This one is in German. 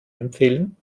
empfehlen